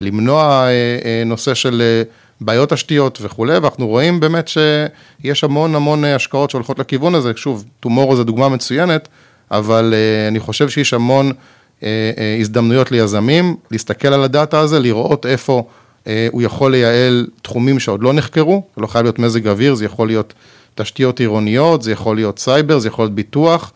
למנוע נושא של בעיות תשתיות וכולי, ואנחנו רואים באמת שיש המון המון השקעות שהולכות לכיוון הזה. שוב, טומורו זו דוגמה מצוינת, אבל אני חושב שיש המון הזדמנויות לייזמים להסתכל על הדאטה הזו, לראות איפה הוא יכול לייעל תחומים שעוד לא נחקרו, לא חייב להיות מזג אוויר, זה יכול להיות תשתיות עירוניות, זה יכול להיות סייבר, זה יכול להיות ביטוח.